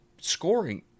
scoring